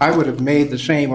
i would have made the same